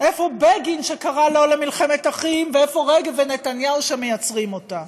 איפה בגין שקרא "לא למלחמת אחים" ואיפה רגב ונתניהו שמייצרים אותה?